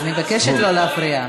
אני מבקשת לא להפריע.